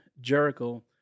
Jericho